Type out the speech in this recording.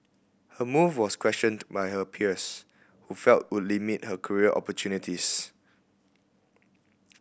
her move was questioned by her peers who felt would limit her career opportunities